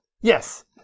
Yes